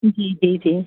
जी जी जी